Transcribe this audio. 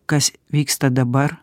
kas vyksta dabar